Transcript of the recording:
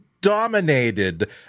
dominated